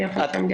לעסקים.